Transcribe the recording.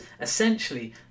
essentially